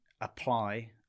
apply